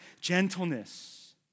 gentleness